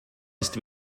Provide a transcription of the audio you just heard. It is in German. ist